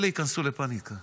אלה ייכנסו לפניקה.